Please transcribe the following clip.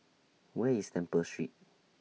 Where IS Temple Street